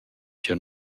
cha